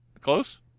Close